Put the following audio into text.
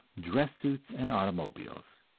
dress suits and automobiles.